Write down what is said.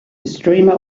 streamer